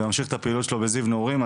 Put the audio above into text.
וממשיך את הפעילות שלו בזיו נעורים.